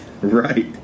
Right